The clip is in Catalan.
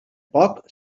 poc